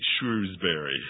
Shrewsbury